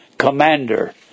commander